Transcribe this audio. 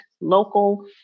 local